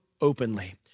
openly